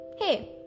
hey